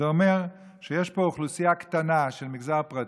זה אומר שיש פה אוכלוסייה קטנה של מגזר פרטי,